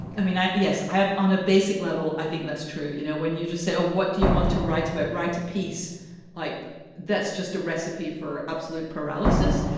i mean, i yes, i have on a basic level, i think that's true. you know, when you just say, well, what do you want to write about? write a piece like that's just a recipe for absolute paralysis.